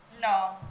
No